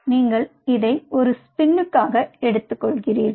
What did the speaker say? நீங்கள் இதை ஒரு ஸ்பின்னுக்காக எடுத்துக்கொள்கிறீர்கள்